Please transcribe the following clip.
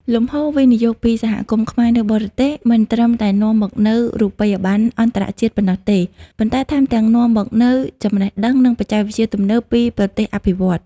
លំហូរវិនិយោគពីសហគមន៍ខ្មែរនៅបរទេស មិនត្រឹមតែនាំមកនូវរូបិយប័ណ្ណអន្តរជាតិប៉ុណ្ណោះទេ ប៉ុន្តែថែមទាំងនាំមកនូវចំណេះដឹង និងបច្ចេកវិទ្យាទំនើបពីប្រទេសអភិវឌ្ឍន៍។